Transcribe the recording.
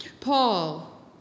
Paul